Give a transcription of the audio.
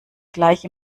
gleich